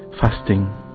fasting